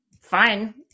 fine